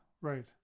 right